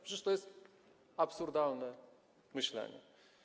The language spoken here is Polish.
Przecież to jest absurdalne myślenie.